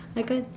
I can't